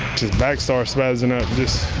to back source as and ah this.